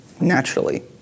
naturally